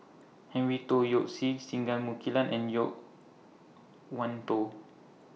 Henry Tan Yoke See Singai Mukilan and Yo Wan Tho